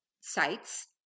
sites